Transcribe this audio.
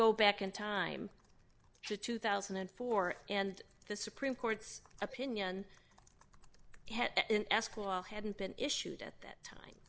go back in time to two thousand and four and the supreme court's opinion in escrow hadn't been issued at that time